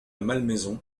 malmaison